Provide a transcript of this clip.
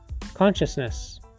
Consciousness